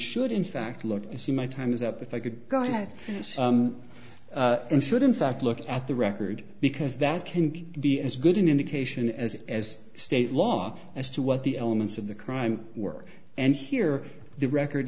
should in fact look you see my time is up if i could go ahead and should in fact look at the record because that can be as good an indication as as state law as to what the elements of the crime work and here the record